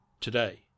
today